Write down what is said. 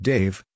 Dave